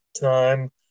time